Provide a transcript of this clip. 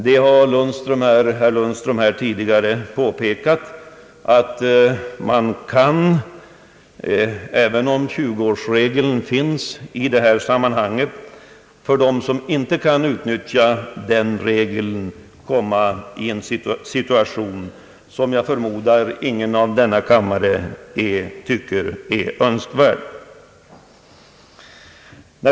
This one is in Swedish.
Herr Lundström har här tidigare påpekat att de som inte kan utnyttja 20-årsregeln i detta sammanhang kan komma i en situation som jag förmodar att ingen i denna kammare tycker är önskvärd.